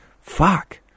Fuck